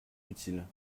utile